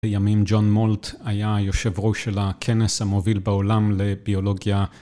לימים ג'ון מולט היה יושב ראש של הכנס המוביל בעולם לביולוגיה